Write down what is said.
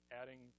adding